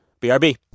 brb